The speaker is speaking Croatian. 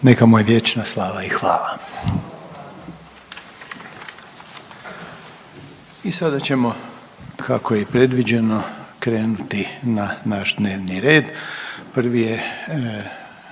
Neka mu je vječna slava i hvala. I sada ćemo, kako je i predviđeno, krenuti na naš dnevni red. Prvi je,